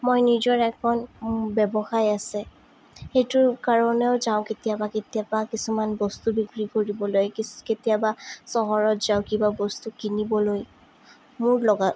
মই নিজৰ এখন ব্যৱসায় আছে সেইটোৰ কাৰণেও যাওঁ কেতিয়াবা কেতিয়াবা কিছুমান বস্তু বিক্ৰী কৰিবলৈ কিছ কেতিয়াবা চহৰত যাওঁ কিবা বস্তু কিনিবলৈ মোৰ লগা